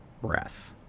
breath